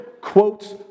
quotes